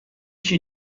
she